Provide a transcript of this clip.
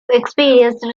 experience